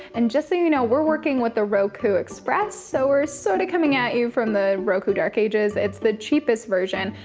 and just so you know, we're working with the roku express, so we're sorta coming at you from the roku dark ages. it's the cheapest version,